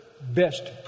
best